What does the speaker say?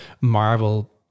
Marvel